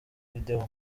video